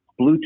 Bluetooth